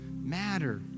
matter